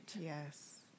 Yes